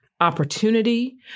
opportunity